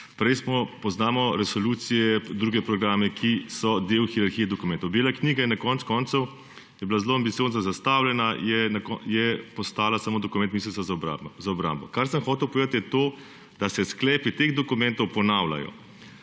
Poznamo resolucije, druge programe, ki so del hierarhije dokumentov. Bela knjiga je bila konec koncev zelo ambiciozno zastavljena, je pa postala samo dokument Ministrstva za obrambo. Kar sem hotel povedati, je to, da se sklepi teh dokumentov ponavljajo.